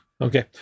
Okay